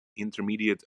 intermediate